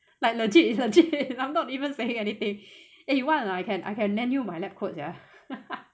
like legit is legit I'm not even saying anything eh you want or not I can I can lend you my lab coats sia